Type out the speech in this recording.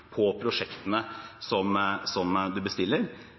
på prosjektene som man bestiller.